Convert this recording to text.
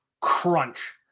crunch